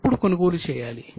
ఎప్పుడు కొనుగోలు చేయాలి